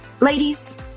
ladies